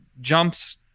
jumps